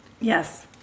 Yes